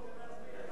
אני לא רואה את אלקין.